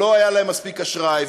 ולא היה להם מספיק אשראי,